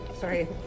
sorry